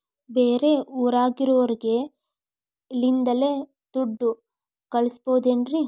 ಬೇರೆ ಊರಾಗಿರೋರಿಗೆ ಇಲ್ಲಿಂದಲೇ ದುಡ್ಡು ಕಳಿಸ್ಬೋದೇನ್ರಿ?